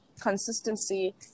consistency